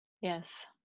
yes